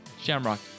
Shamrock